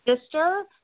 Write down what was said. Sister